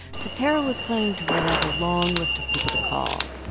so tarra was planning to write out a long list of people to call.